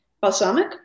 Balsamic